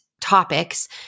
topics